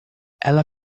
ela